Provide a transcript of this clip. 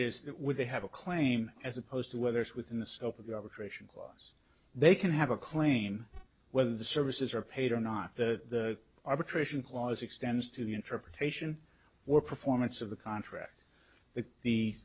is that when they have a claim as opposed to whether it's within the scope of government clause they can have a claim whether the services are paid or not the arbitration clause extends to the interpretation we're performance of the contract the the